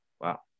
Wow